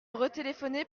retéléphoner